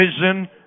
vision